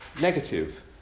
negative